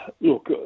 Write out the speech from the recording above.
Look